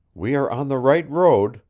we are on the right road,